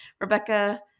Rebecca